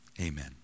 Amen